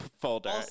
folder